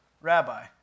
Rabbi